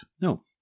No